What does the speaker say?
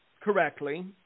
correctly